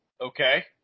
okay